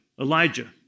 Elijah